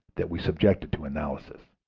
that we subjected to analysis.